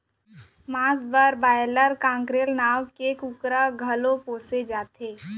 मांस बर broiler, cockerel नांव के कुकरा घलौ पोसे जाथे